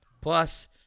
Plus